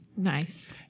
Nice